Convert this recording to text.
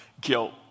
guilt